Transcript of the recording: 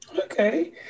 Okay